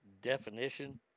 Definition